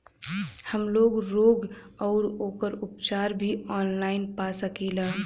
हमलोग रोग अउर ओकर उपचार भी ऑनलाइन पा सकीला?